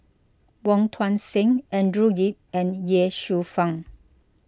Wong Tuang Seng Andrew Yip and Ye Shufang